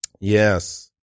Yes